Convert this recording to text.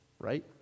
right